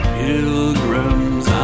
pilgrims